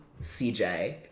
CJ